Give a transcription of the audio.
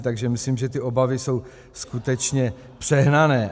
Takže myslím, že ty obavy jsou skutečně přehnané.